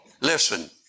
listen